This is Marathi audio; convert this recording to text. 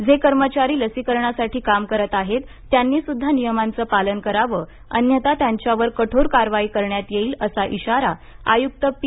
जे कर्मचारी लसीकरणासाठी काम करत आहेत त्यांनी सुद्धा नियमांचं पालन करावं अन्यथा त्यांच्यावर कठोर कारवाई करण्यात येईल असा इशारा आयुक्त पी